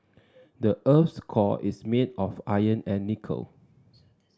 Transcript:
the earth's core is made of iron and nickel